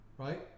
Right